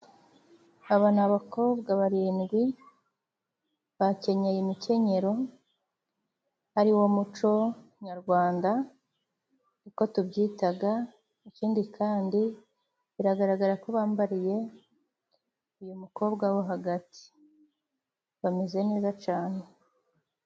Aba bakobwa barindwi bakenyeye imikenyero ari wo muco nyarwanda. Niko tubyita. Ikindi kandi biragaragara ko bambariye uyu mukobwa wo hagati bameze neza cyane.